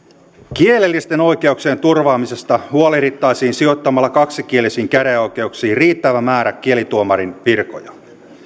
kielellisten oikeuksien turvaamisesta huolehdittaisiin sijoittamalla kaksikielisiin käräjäoikeuksiin riittävä määrä kielituomarin virkoja